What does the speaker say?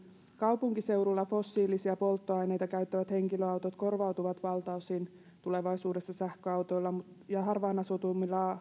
kaupunkiseuduilla fossiilisia polttoaineita käyttävät henkilöautot korvautuvat tulevaisuudessa valtaosin sähköautoilla ja harvaan asutummilla